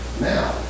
now